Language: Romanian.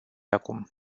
acum